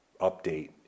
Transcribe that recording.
update